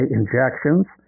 injections